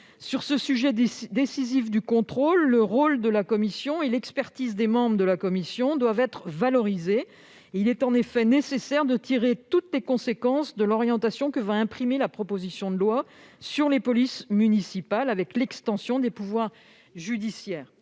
Sur ce sujet décisif du contrôle, le rôle de la CCPM et l'expertise de ses membres doivent être valorisés. Il est en effet nécessaire de tirer toutes les conséquences de l'orientation que va imprimer la proposition de loi sur les polices municipales avec l'extension des pouvoirs judiciaires.